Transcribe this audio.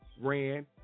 ran